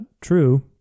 true